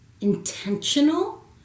intentional